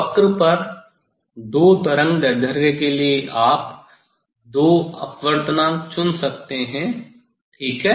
वक्र पर दो तरंगदैर्ध्य के लिए आप दो अपवर्तनांक चुन सकते हैं ठीक है